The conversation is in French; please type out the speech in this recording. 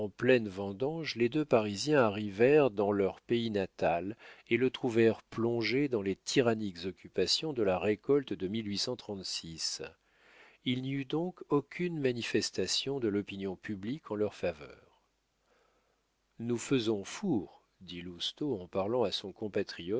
vendanges les deux parisiens arrivèrent dans leur pays natal et le trouvèrent plongé dans les tyranniques occupations de la récolte de il n'y eut donc aucune manifestation de l'opinion publique en leur faveur nous faisons four dit lousteau en parlant à son